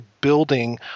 building